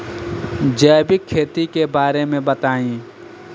जैविक खेती के बारे में बताइ